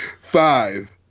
Five